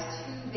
two